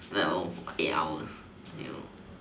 let alone eight hours you know